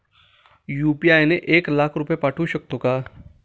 UPI ने एक लाख रुपये पाठवू शकतो का?